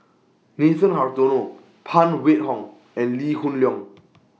Nathan Hartono Phan Wait Hong and Lee Hoon Leong